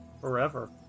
Forever